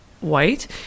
white